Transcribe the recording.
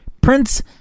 Prince